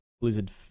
blizzard